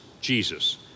Jesus